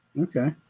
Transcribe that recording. okay